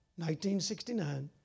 1969